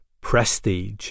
prestige